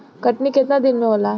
कटनी केतना दिन मे होला?